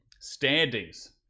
standings